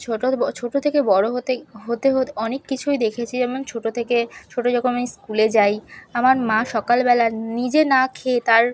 ছোট ছোট থেকে বড় হতে হতে হতে অনেক কিছুই দেখেছি যেমন ছোট থেকে ছোট যখন আমি স্কুলে যাই আমার মা সকালবেলা নিজে না খেয়ে তার